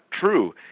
true